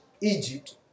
Egypt